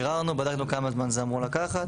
ביררנו, בדקנו כמה זמן זה אמור לקחת.